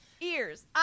Ears